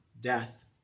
death